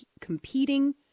competing